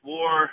War